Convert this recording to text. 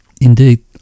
Indeed